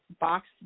box